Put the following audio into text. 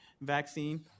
vaccine